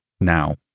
now